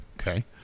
Okay